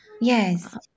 Yes